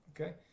Okay